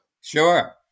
Sure